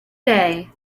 day